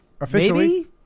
Officially